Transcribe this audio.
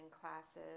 classes